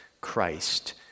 Christ